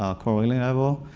um chlorine and level,